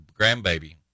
grandbaby